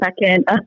second